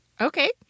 Okay